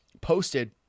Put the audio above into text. posted